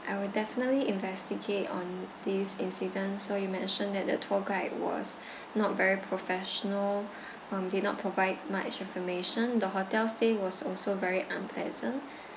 I will definitely investigate on this incident so you mentioned that the tour guide was not very professional um did not provide much information the hotel stay was also very unpleasant